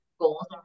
goals